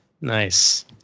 Nice